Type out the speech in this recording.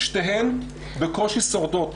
שתיהן בקושי שורדות